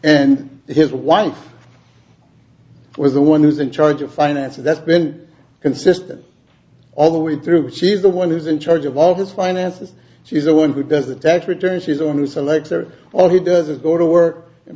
and his wife was the one who's in charge of finance that's been consistent all the way through she's the one who's in charge of all his finances she's the one who does the tax returns he's on who selects are all he does is go to work and